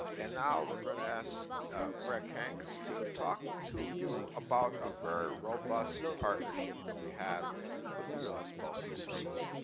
and now we are going to ask greg hanks to talk to you about a very robust partnership that we have with the u s. postal service.